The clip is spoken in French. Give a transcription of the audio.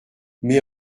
mais